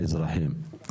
האזרחים.